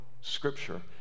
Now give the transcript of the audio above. Scripture